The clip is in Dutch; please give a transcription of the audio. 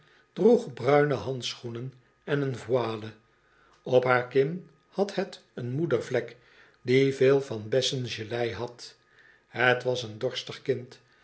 droeg bruine handschoenen en een voile op haar kin had het een moedervlek die veel van bessengelei had het was een dorstig kind